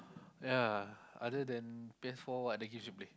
ya other than P_S-four what other games you play